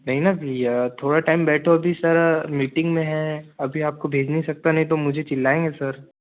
नहीं ना भैया थोड़ा टाइम बैठो अभी सर मीटिंग में है अभी आपको भेज नहीं सकता नहीं तो मुझे चिल्लाएँगे सर